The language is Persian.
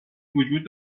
وجود